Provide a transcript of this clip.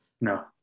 No